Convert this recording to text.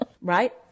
right